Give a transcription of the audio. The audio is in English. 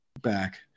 back